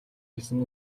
гэсэн